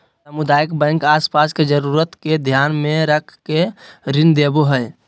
सामुदायिक बैंक आस पास के जरूरत के ध्यान मे रख के ऋण देवो हय